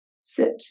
sit